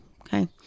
Okay